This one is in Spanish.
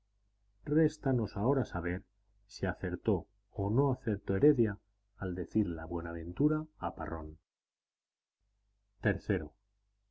réstanos ahora saber si acertó o no acertó heredia al decir la buenaventura a parrón